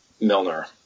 Milner